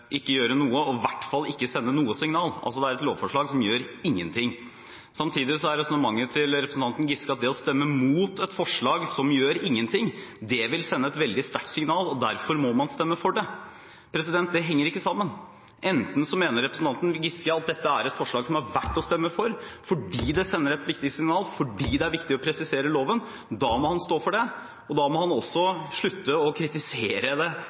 å gjøre noe, og i hvert fall ikke sende noe signal, altså for å være et lovforslag som gjør ingenting. Samtidig er resonnementet til representanten Giske at det å stemme imot et forslag som gjør ingenting, vil sende et veldig sterkt signal, og derfor må man stemme for det! Det henger ikke sammen. Hvis representanten Giske mener at dette er et forslag som er verdt å stemme for fordi det sender et viktig signal, fordi det er viktig å presisere loven, må han stå for det, og da må han også slutte å kritisere det